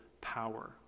power